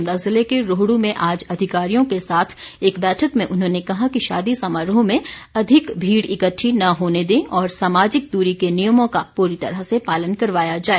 शिमला जिले के रोहड्र में आज अधिकारियों के साथ एक बैठक में उन्होंने कहा कि शादी समारोह में अधिक भीड़ इक्टठी न होने दे और सामाजिक दूरी के नियमों का पूरी तरह से पालन करवाया जाए